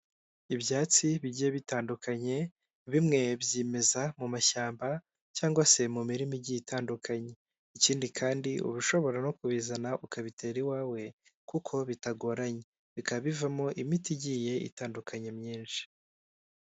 Ibyatsi bigiye bitandukanye bimwe byimeza mu mashyamba cyangwa se mu mirima igiye itandukanye ikindi kandi uba ushobora no kubizana ukabitera iwawe kuko bitagoranye bikaba bivamo imiti igiye itandukanye myinshi.